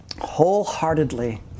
wholeheartedly